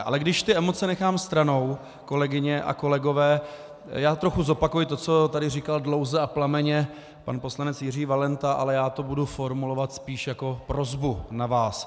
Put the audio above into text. Ale když emoce nechám stranou, kolegyně a kolegové, já trochu zopakuji to, co tady říkal dlouze a plamenně pan poslanec Jiří Valenta, ale já to budu formulovat spíš jako prosbu na vás.